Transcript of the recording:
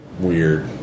weird